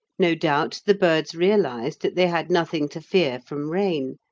no doubt the birds realised that they had nothing to fear from rain,